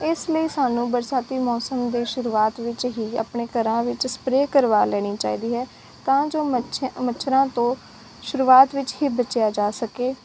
ਇਸ ਲਈ ਸਾਨੂੰ ਬਰਸਾਤੀ ਮੌਸਮ ਦੀ ਸ਼ੁਰੂਆਤ ਵਿੱਚ ਹੀ ਆਪਣੇ ਘਰਾਂ ਵਿੱਚ ਸਪਰੇ ਕਰਵਾ ਲੈਣੀ ਚਾਹੀਦੀ ਹੈ ਤਾਂ ਜੋ ਮੱਛ ਮੱਛਰਾਂ ਤੋਂ ਸ਼ੁਰੂਆਤ ਵਿੱਚ ਹੀ ਬਚਿਆ ਜਾ ਸਕੇ